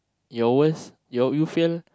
your worst your you fail